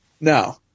no